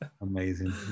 amazing